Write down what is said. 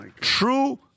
True